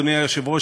אדוני היושב-ראש,